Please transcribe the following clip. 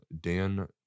Dan